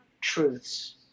truths